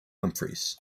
humphries